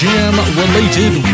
Jam-related